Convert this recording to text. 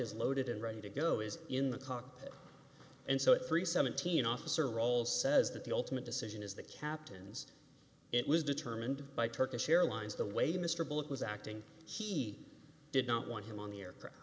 is loaded and ready to go is in the cockpit and so if three seventeen officer rolls says that the ultimate decision is the captain's it was determined by turkish airlines the way mr bullock was acting he did not want him on the aircraft